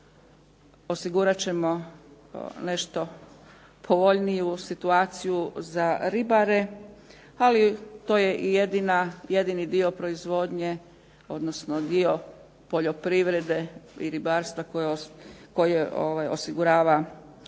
Osigurat ćemo nešto povoljniju situaciju za ribare, ali to je i jedini dio proizvodnje, odnosno dio poljoprivrede i ribarstva koji osigurava ili